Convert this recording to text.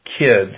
kids